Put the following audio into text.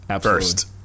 first